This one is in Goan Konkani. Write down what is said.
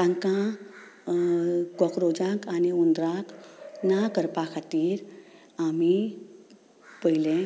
तांकां कॉक्रोचांक आनी हुंदरांक ना करपा खातीर आमी पयलें